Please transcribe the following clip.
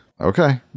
Okay